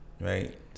right